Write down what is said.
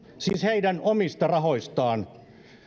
siis heidän omista rahoistaan